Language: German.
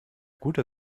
guter